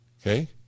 Okay